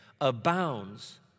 abounds